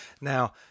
Now